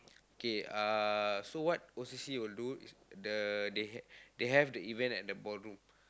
k uh so what O_C_C will do is the they h~ they have the event at the ballroom